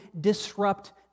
disrupt